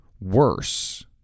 worse